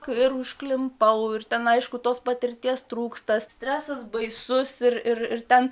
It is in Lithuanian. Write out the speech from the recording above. kur užklimpau ir ten aišku tos patirties trūksta stresas baisus ir ir ten